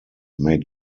made